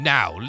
Now